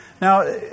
Now